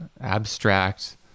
abstract